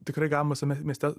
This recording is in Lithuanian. tikrai gavome visame mieste